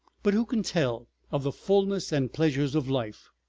but who can tell of the fullness and pleasure of life,